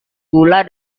gula